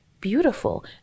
beautiful